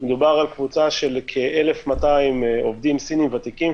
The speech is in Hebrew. מדובר על קבוצה של כ-1,200 עובדים סינים ותיקים,